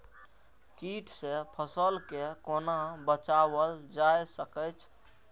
कीट से फसल के कोना बचावल जाय सकैछ?